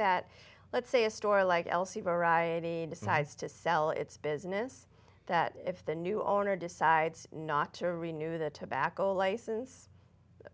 that let's say a store like l c variety decides to sell its business that if the new owner decides not to renew the tobacco license